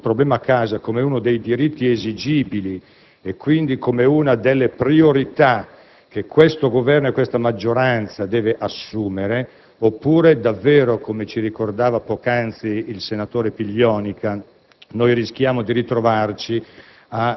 di rimettere al centro delle questioni il problema casa come uno dei diritti esigibili e quindi come una delle priorità che questo Governo e questa maggioranza devono assumere, oppure davvero, come ci ricordava poc'anzi il senatore Piglionica,